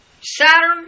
Saturn